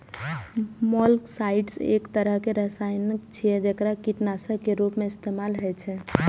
molluscicides एक तरहक रसायन छियै, जेकरा कीटनाशक के रूप मे इस्तेमाल होइ छै